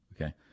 Okay